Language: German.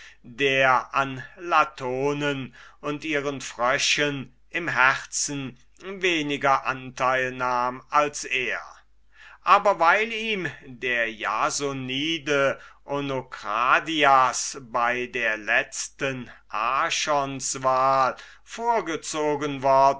der an latonen und ihren fröschen im herzen weniger anteil nahm als er aber weil ihm der jasonide onokradias bei der letzten archonswahl vorgezogen